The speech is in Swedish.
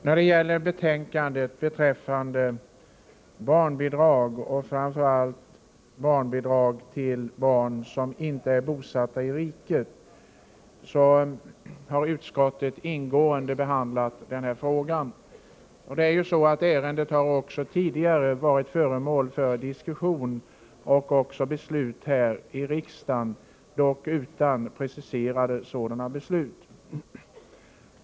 Fru talman! Frågorna i betänkandet om barnbidrag och framför allt frågan om barnbidrag för barn som inte är bosatta i riket har ingående behandlats av utskottet. Ärendet har också tidigare varit föremål för diskussion och beslut här i riksdagen, dock utan preciserade beslut.